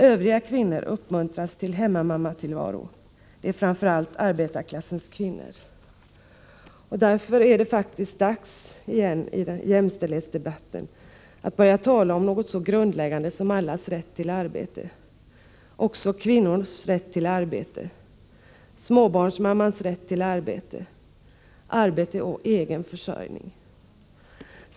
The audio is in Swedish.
Övriga kvinnor uppmuntras till hemmamammatillvaro — det är framför allt arbetarklassens kvinnor. Därför är det faktiskt dags att i jämställdhetsdebatten igen börja tala om någonting så grundläggande som allas rätt till arbete, också kvinnors rätt till arbete, småbarnsmammors rätt till arbete, arbete och egen försörjning.